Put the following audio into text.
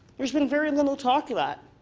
there's been very little talk of that.